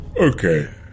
Okay